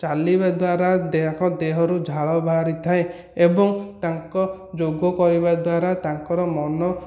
ଚାଲିବାଦ୍ୱାରା ଦେହ ଦେହରୁ ଝାଳ ବାହାରିଥାଏ ଏବଂ ତାଙ୍କ ଯୋଗ କରିବାଦ୍ଵାରା ତାଙ୍କର ମନ